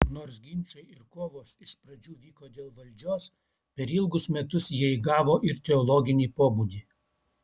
nors ginčai ir kovos iš pradžių vyko dėl valdžios per ilgus metus jie įgavo ir teologinį pobūdį